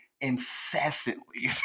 incessantly